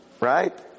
right